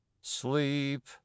Sleep